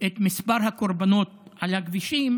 את מספר הקורבנות על הכבישים,